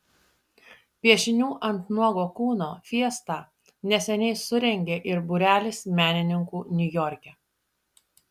piešinių ant nuogo kūno fiestą neseniai surengė ir būrelis menininkų niujorke